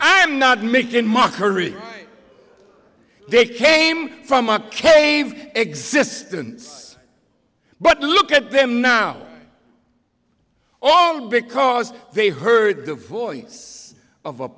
am not making mockery they came from a cave existence but look at them now all because they heard the voice of a